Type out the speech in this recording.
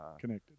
connected